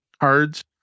cards